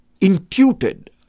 intuited